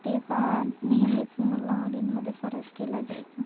तेव्हा नेहमीच मुलं मुलींमध्ये फरक केला जायचा